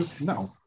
no